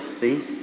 See